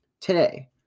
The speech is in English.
Today